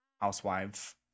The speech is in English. housewives